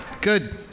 Good